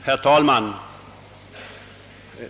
Herr talman!